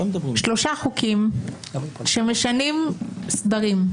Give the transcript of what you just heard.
שלושה חוקים שמשנים סדרים.